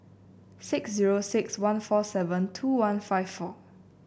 six zero six one four seven two one five four